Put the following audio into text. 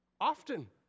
Often